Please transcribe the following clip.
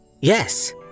Yes